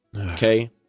Okay